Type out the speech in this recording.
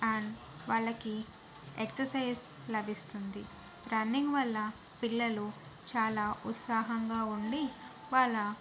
and వాళ్ళకి exercise లభిస్తుంది running వల్ల పిల్లలు చాలా ఉత్సాహంగా ఉండి వాళ్ళ